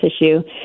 issue